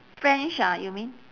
french ah you mean